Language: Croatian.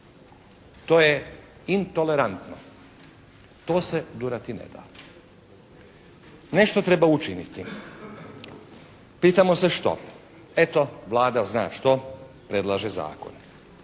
To je intolerantno. To se durati neda. Nešto treba učiniti. Pitamo se što? Eto Vlada zna što, predlaže zakon.